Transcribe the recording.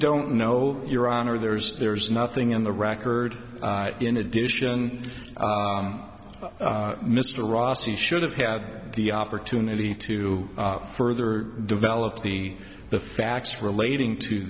don't know your honor there's there's nothing in the record in addition mr ross he should have had the opportunity to further develop the the facts relating to